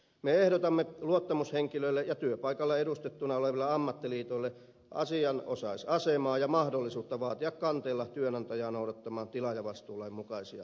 me ehdotamme luottamushenkilöille ja työpaikalla edustettuina oleville ammattiliitoille asianosaisasemaa ja mahdollisuutta vaatia kanteella työnantajaa noudattamaan tilaajavastuulain mukaisia velvoitteita